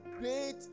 Great